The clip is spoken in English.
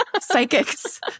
psychics